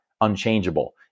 unchangeable